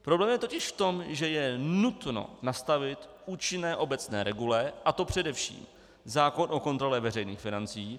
Problém je totiž v tom, že je nutno nastavit účinné obecné regule, a to především zákon o kontrole veřejných financí.